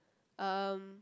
um